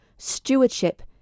Stewardship